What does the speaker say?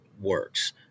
works